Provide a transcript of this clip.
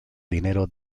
dinero